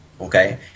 okay